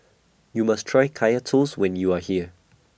YOU must Try Kaya Toast when YOU Are here